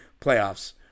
playoffs